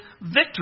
victory